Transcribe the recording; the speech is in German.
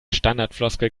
standardfloskel